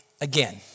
again